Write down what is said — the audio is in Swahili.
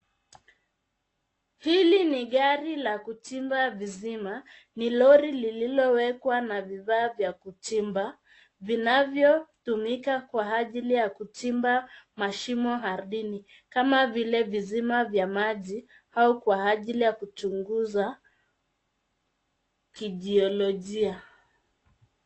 Hili ni gari la kuchimba visima. Ni lori lililowekwa na vifaa vya kuchimba vinavyotumika kwa ajili ya kuchimba mashimo ardhini kama vile visima vya maji au kwa ajili ya kuchunguza kijiolojia.